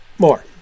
More